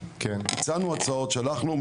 שלחנו,